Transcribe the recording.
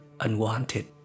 unwanted